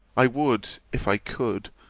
i would, if i could,